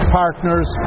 partners